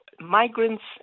migrants